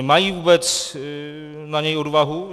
Mají vůbec na něj odvahu?